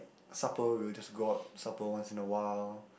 like supper we will just go out supper once in a while